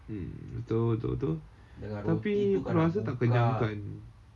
mm betul betul betul tapi aku rasa tak kenyang kan